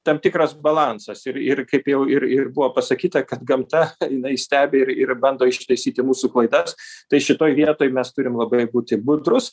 tam tikras balansas ir ir kaip jau ir ir buvo pasakyta kad gamta jinai stebi ir ir bando ištaisyti mūsų klaidas tai šitoj vietoj mes turim labai būti budrūs